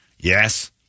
Yes